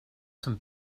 some